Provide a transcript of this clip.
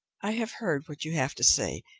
i have heard what you have to say,